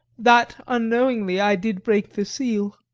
that unknowingly i did break the seal.